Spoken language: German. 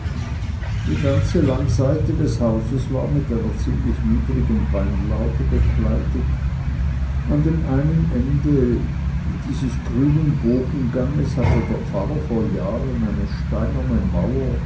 die ganze langseite des hauses war mit einer ziemlich niedrigen weinlaube bekleidet an dem einen ende dieses grünen bogenganges hatte der pfarrer vor jahren eine steinerne mauer